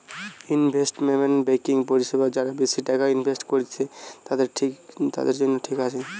investment banking পরিষেবা যারা বেশি টাকা ইনভেস্ট করত্তিছে, তাদের জন্য ঠিক আছে